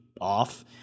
off